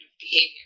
behavior